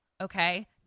Okay